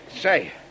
Say